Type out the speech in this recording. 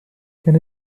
can